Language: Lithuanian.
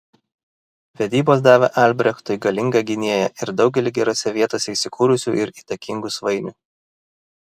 vedybos davė albrechtui galingą gynėją ir daugelį gerose vietose įsikūrusių ir įtakingų svainių